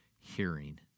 hearing